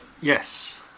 yes